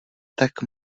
tak